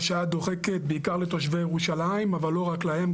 השעה דוחקת בעיקר לתושבי ירושלים אבל לא רק להם,